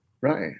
Right